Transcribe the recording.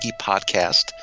Podcast